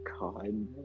God